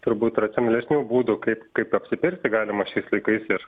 turbūt racionalesnių būdų kaip kaip apsipirkti galima šiais laikais ir